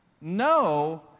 No